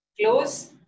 Close